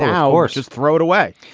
now or just throw it away.